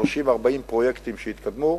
30 40 פרויקטים שיתקדמו,